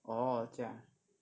orh 这样